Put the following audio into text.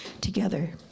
together